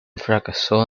fracasó